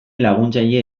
laguntzaile